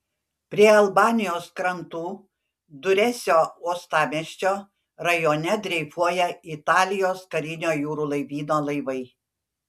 prie albanijos krantų duresio uostamiesčio rajone dreifuoja italijos karinio jūrų laivyno laivai